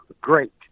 great